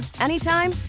anytime